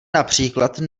například